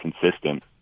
consistent